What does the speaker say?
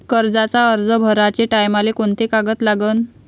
कर्जाचा अर्ज भराचे टायमाले कोंते कागद लागन?